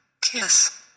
kiss